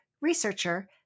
researcher